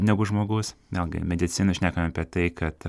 negu žmogus vėlgi medicinoj šnekam apie tai kad